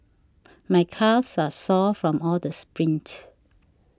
my calves are sore from all the sprints